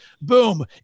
Boom